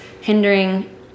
hindering